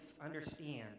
understand